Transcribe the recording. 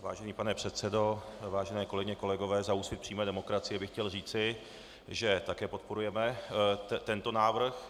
Vážený pane předsedo, vážené kolegyně, kolegové, za Úsvit přímé demokracie bych chtěl říci, že také podporujeme tento návrh.